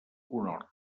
conhort